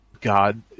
God